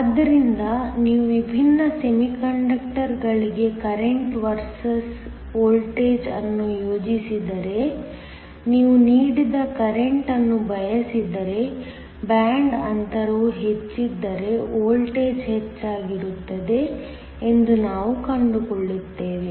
ಆದ್ದರಿಂದ ನೀವು ವಿಭಿನ್ನ ಸೆಮಿಕಂಡಕ್ಟರ್ಗಳಿಗೆ ಕರೆಂಟ್ ವರ್ಸಸ್ ವೋಲ್ಟೇಜ್ ಅನ್ನು ಯೋಜಿಸಿದರೆ ನೀವು ನೀಡಿದ ಕರೆಂಟ್ ಅನ್ನು ಬಯಸಿದರೆ ಬ್ಯಾಂಡ್ ಅಂತರವು ಹೆಚ್ಚಿದ್ದರೆ ವೋಲ್ಟೇಜ್ ಹೆಚ್ಚಾಗಿರುತ್ತದೆ ಎಂದು ನಾವು ಕಂಡುಕೊಳ್ಳುತ್ತೇವೆ